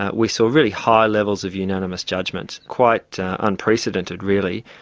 ah we saw really high levels of unanimous judgment, quite unprecedented, really.